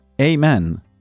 Amen